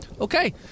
Okay